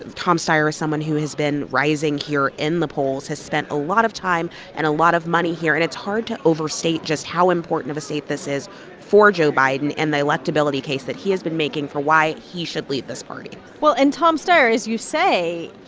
tom steyer is someone who has been rising here in the polls, has spent a lot of time and a lot of money here, and it's hard to overstate just how important of a state this is for joe biden and the electability case that he has been making for why he should lead this party well, and tom steyer, as you say,